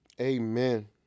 Amen